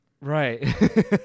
right